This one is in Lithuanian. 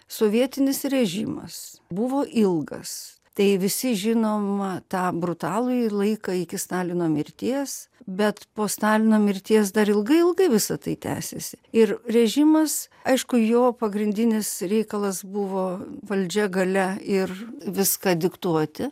sovietinis režimas buvo ilgas tai visi žinoma tą brutalųjį laiką iki stalino mirties bet po stalino mirties dar ilgai ilgai visa tai tęsėsi ir režimas aišku jo pagrindinis reikalas buvo valdžia galia ir viską diktuoti